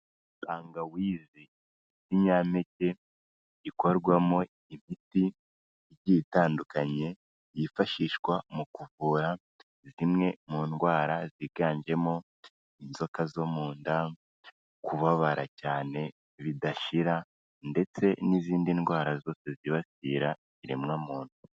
Tangawizi ikinyampeke gikorwamo imiti ititandukanye yifashishwa mu kuvura zimwe mu ndwara ziganjemo inzoka zo mu nda, kubabara cyane bidashira ndetse n'izindi ndwara zose zibasira ikiremwa muntu.